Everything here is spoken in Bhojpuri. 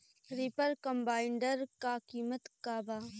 रिपर कम्बाइंडर का किमत बा?